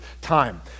time